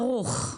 ארוך.